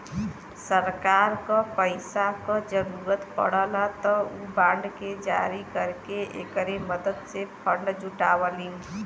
सरकार क पैसा क जरुरत पड़ला त उ बांड के जारी करके एकरे मदद से फण्ड जुटावलीन